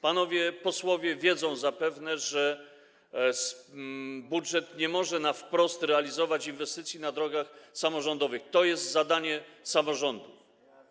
Panowie posłowie wiedzą zapewne, że budżet nie może wprost realizować inwestycji na drogach samorządowych - jest to zadanie samorządów.